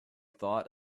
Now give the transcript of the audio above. thought